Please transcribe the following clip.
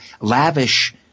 lavish